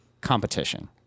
competition